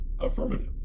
Affirmative